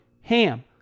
HAM